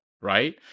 right